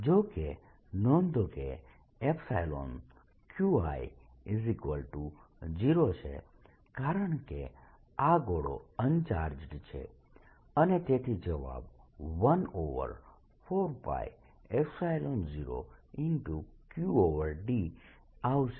જો કે નોંધો કે Qi0 છે કારણકે આ ગોળો અનચાર્જડ છે અને તેથી જવાબ 14π0Qd આવશે